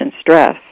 stress